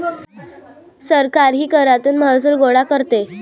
सरकारही करातून महसूल गोळा करते